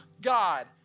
God